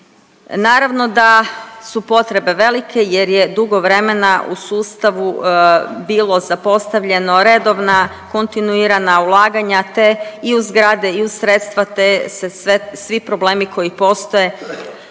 Naravno da su potrebe velike jer je dugo vremena u sustavu bilo zapostavljeno redovna kontinuirana ulaganja, te i u zgrade i u sredstva te i u zgrade i u sredstva